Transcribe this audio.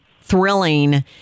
thrilling